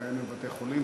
והיינו בבתי-חולים,